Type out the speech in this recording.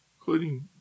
including